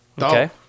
Okay